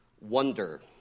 Wonder